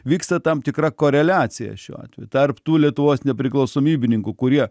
vyksta tam tikra koreliacija šiuo atveju tarp tų lietuvos nepriklausomybininkų kurie